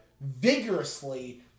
vigorously